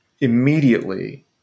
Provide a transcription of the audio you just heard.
immediately